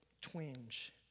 twinge